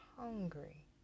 hungry